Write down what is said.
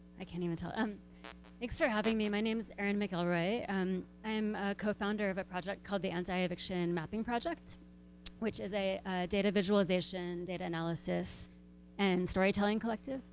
i can't even tell. um thanks for having me, my name is erin mcelroy and i'm a co-founder of a project called the anti-eviction mapping project which is a data visualization, data analysis and storytelling collective.